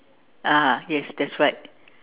(uh huh) yes that's right